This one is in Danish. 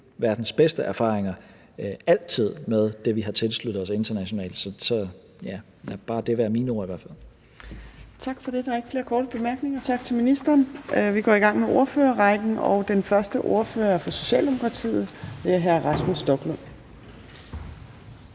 verdens bedste erfaringer med det, som vi har tilsluttet os internationalt. Så lad bare det være mine ord i hvert fald. Kl. 14:20 Fjerde næstformand (Trine Torp): Tak for det. Der er ikke flere korte bemærkninger. Tak til ministeren. Vi går i gang med ordførerrækken, og den første ordfører er fra Socialdemokratiet, og det er hr. Rasmus Stoklund.